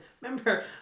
Remember